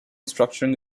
structuring